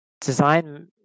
design